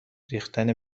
ریختن